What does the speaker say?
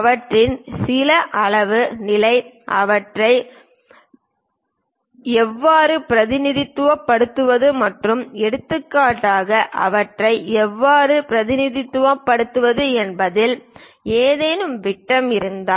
அவற்றில் சில அளவு நிலை அவற்றை எவ்வாறு பிரதிநிதித்துவப்படுத்துவது மற்றும் எடுத்துக்காட்டாக அவற்றை எவ்வாறு பிரதிநிதித்துவப்படுத்துவது என்பதில் ஏதேனும் விட்டம் இருந்தால்